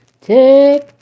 take